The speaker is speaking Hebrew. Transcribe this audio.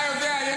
אתה יודע,